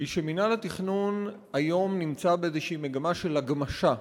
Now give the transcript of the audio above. היא שמינהל התכנון היום נמצא באיזו מגמה של הגמשה: